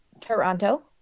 Toronto